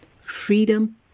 Freedom